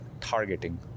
targeting